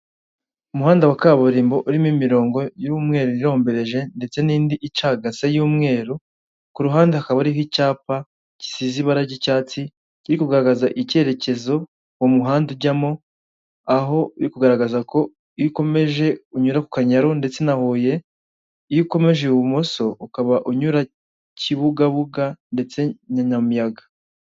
Umuhanda wa kaburimbo urimo imirongo y'umweru irombereje ndetse n'indi icagase y'umweru, ku ruhande hakaba hariho icyapa gisize ibara ry'icyatsi, kiri kugaragaza icyerekezo mu muhanda ujyamo, aho kiri kugaragaza ko iyo ukomeje unyura ku Kanyaru ndetse na Huye, iyo ukomeje ibumoso ukaba unyura Kibugabuga ndetse na Nyamiyaga.